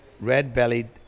red-bellied